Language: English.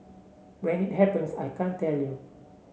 when it happens I can't tell you